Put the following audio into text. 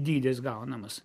dydis gaunamas